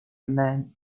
man